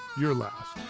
your last.